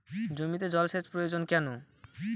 জমিতে জল সেচ প্রয়োজন কেন?